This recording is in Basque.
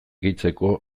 gehitzeko